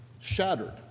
shattered